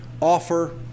offer